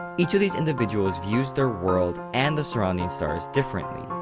each of these individuals views their world and the surrounding stars differently.